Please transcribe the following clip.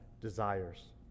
desires